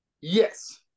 Yes